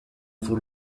for